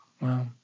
Wow